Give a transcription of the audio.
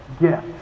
gift